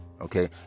Okay